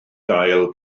gael